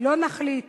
לא נחליט